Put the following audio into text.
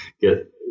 get